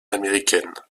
américaine